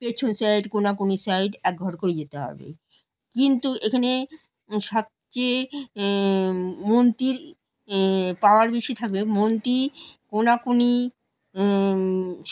পেছন সাইড কোণাকোণি সাইড এক ঘর করে যেতে হবে কিন্তু এখানে সবচেয়ে মন্ত্রীর পাওয়ার বেশি থাকবে মন্ত্রী কোণাকোণি